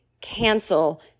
cancel